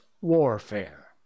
warfare